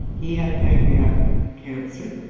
he had pancreatic cancer.